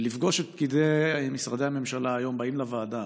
לפגוש את פקידי משרדי הממשלה היום, שבאים לוועדה